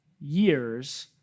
years